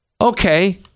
Okay